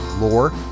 lore